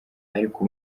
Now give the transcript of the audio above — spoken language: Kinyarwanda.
ariko